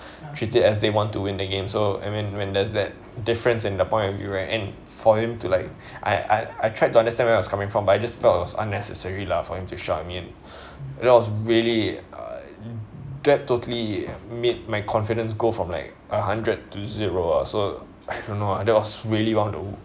treat it as they want to win the game so I mean when there's that difference in the point of view right and for him to like I I I tried to understand where I was coming from but I just felt was unnecessary lah for him to shout I mean it was really ugh that totally made my confidence go from like a hundred to zero ah so I don't know ah that was really one of the